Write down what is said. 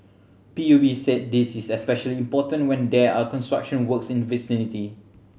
P U B said this is especially important when there are construction works in vicinity